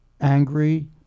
angry